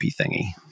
thingy